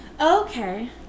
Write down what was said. Okay